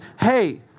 hey